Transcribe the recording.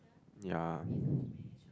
ya